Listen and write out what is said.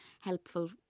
helpful